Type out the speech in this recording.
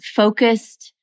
focused